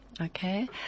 Okay